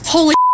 Holy